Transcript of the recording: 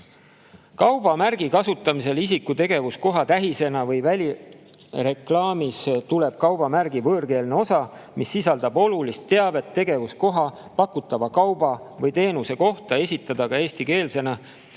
"Kaubamärgi kasutamisel isiku tegevuskoha tähisena või välireklaamis tuleb kaubamärgi võõrkeelne osa, mis sisaldab olulist teavet tegevuskoha, pakutava kauba või teenuse kohta, esitada ka eestikeelsena,